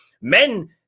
men